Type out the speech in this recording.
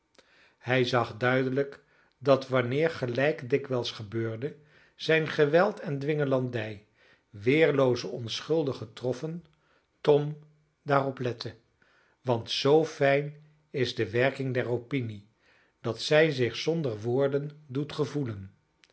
hij zag duidelijk dat wanneer gelijk dikwijls gebeurde zijn geweld en dwingelandij weerlooze onschuldigen troffen tom daarop lette want zoo fijn is de werking der opinie dat zij zich zonder woorden doet gevoelen